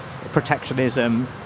protectionism